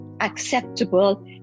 acceptable